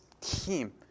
team